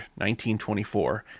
1924